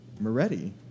Moretti